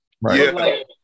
right